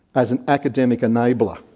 as an academic enabler.